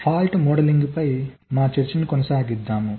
fault మోడలింగ్పై మా చర్చను కొనసాగిస్తాము